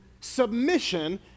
submission